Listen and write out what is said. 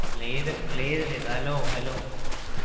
లేదు లేదు లేదు హలో హలో